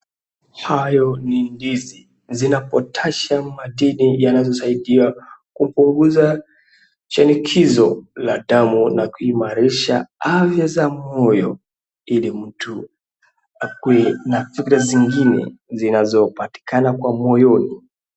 Hayo ni ndizi, zina Potassium madini yanazo saidia kupunguza shinikizo la damu na kuimarisha afya za moyo ili mtu akuwe na subira zingine zinazo patikana kwa moyoni.